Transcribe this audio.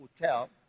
hotel